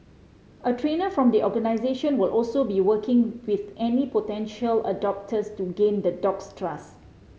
a trainer from the organisation will also be working with any potential adopters to gain the dog's trust